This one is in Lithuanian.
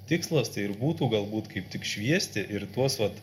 tikslas tai ir būtų galbūt kaip tik šviesti ir tuos vat